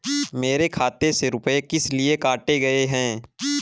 मेरे खाते से रुपय किस लिए काटे गए हैं?